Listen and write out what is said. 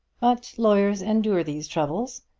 but lawyers endure these troubles,